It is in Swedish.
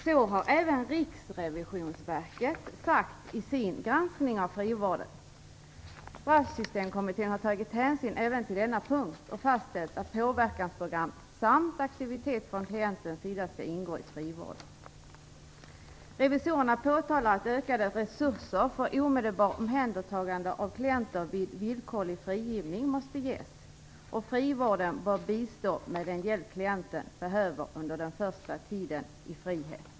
Så har även Riksrevisionsverket sagt i sin granskning av frivården. Straffsystemkommittén har tagit hänsyn även till denna punkt och fastställt att påverkansprogram samt aktivitet från klientens sida skall ingå i frivården. Revisiorerna påpekar att ökade resurser för omedelbart omhändertagande av klienter vid villkorlig frigivning måste ges. Frivården bör bistå med den hjälp klienten behöver under den första tiden i frihet.